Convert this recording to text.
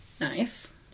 Nice